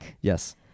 Yes